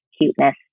cuteness